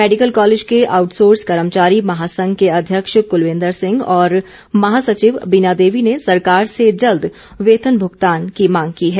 medical college के outsource कर्मचारी महासंघ के अध्यक्ष कुलविन्द्र सिंह और महासचिव बीना देवी ने सरकार से जल्द वेतन भूगतान करने की मांग की है